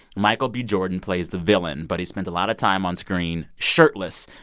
michael b. jordan plays the villain, but he spent a lot of time on-screen shirtless,